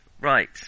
Right